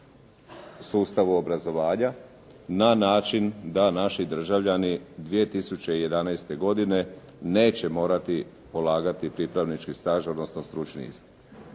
sustavu obrazovanja na način da naši državljani 2011. godine neće morati polagati pripravnički staž, odnosno stručni ispit.